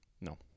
No